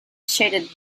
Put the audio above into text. shaded